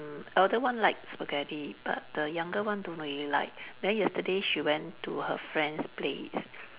elder one like spaghetti but the younger one don't really like then yesterday she went to her friend's place